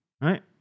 right